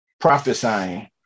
prophesying